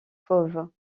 fauves